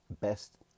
best